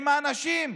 עם האנשים,